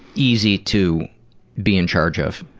easy to be in charge of.